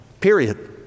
period